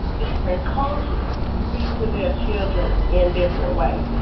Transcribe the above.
different cultures speak to their children in different ways.